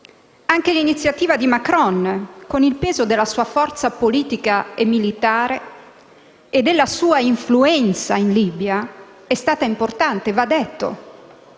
Anche l'iniziativa del presidente Macron, con il peso della sua forza politica e militare e della sua influenza in Libia, è stata importante. Questo